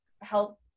help